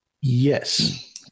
Yes